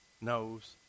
knows